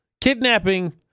Kidnapping